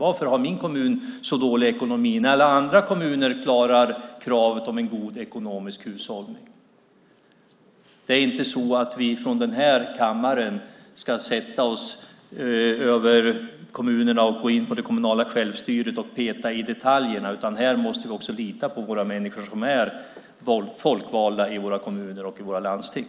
Varför har min kommun så dålig ekonomi när alla andra kommuner klarar kravet på en god ekonomisk hushållning? Vi i den här kammaren ska inte sätta oss över kommunerna och gå in på det kommunala självstyret och peta i detaljerna, utan här måste vi lita på våra människor som är folkvalda i våra kommuner och i våra landsting.